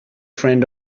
friend